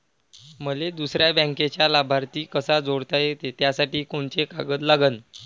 मले दुसऱ्या बँकेचा लाभार्थी कसा जोडता येते, त्यासाठी कोंते कागद लागन?